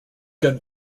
gun